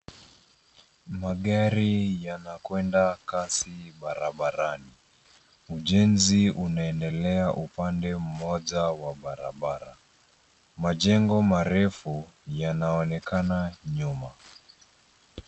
Magari yanakwenda kasi barabarani. Ujenzi unaendelea upande mmoja wa barabara. Majengo marefu yanaonekana nyuma.